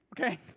okay